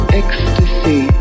ecstasy